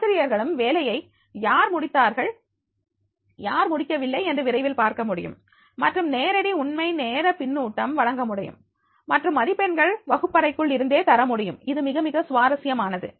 ஆசிரியர்களும் வேலையை யார் முடித்தார்கள் யார் முடிக்கவில்லை என்று விரைவில் பார்க்க முடியும் மற்றும் நேரடி உண்மை நேர பின்னூட்டம் வழங்க முடியும் மற்றும் மதிப்பெண்கள் வகுப்பறைக்குள் இருந்தே தரமுடியும் இது மிக மிக சுவாரசியமானது